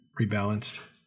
rebalanced